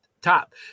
top